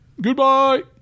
Goodbye